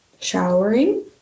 showering